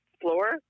floor